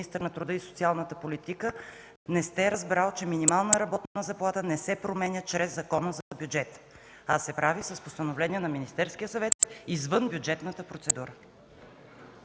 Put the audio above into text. министър на труда и социалната политика не сте разбрали, че минимална работна заплата не се променя чрез Закона за бюджета, а се прави с постановление на Министерския съвет извън бюджетната процедура.